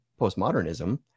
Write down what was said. postmodernism